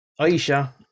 Aisha